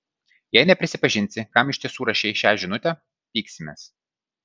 jei neprisipažinsi kam iš tiesų rašei šią žinutę pyksimės